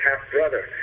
half-brother